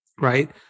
right